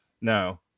No